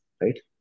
right